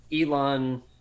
Elon –